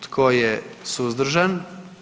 Tko je suzdržan?